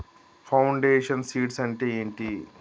Foundation seeds అంటే ఏంటి?